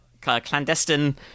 clandestine